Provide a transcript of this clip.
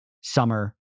summer